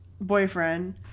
boyfriend